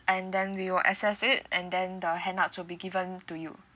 and then we will assess it and then the handouts will be given to you